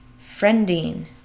friending